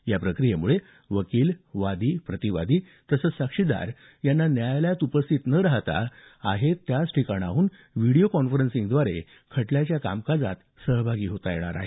या प्रक्रियेमुळे वकिल वादी प्रतिवादी साक्षीदार यांना न्यायालयात उपस्थित न राहता आहे त्या ठिकाणाहून व्हिडिओ कॉन्फरन्सद्वारे खटल्याच्या कामकाजात सहभागी होता येणार आहे